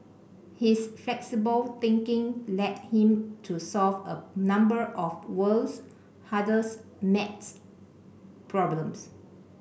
his flexible thinking led him to solve a number of world's hardest maths problems